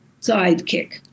sidekick